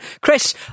Chris